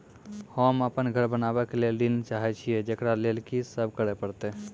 होम अपन घर बनाबै के लेल ऋण चाहे छिये, जेकरा लेल कि सब करें परतै?